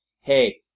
hey